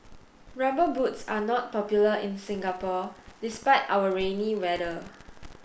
rubber boots are not popular in Singapore despite our rainy weather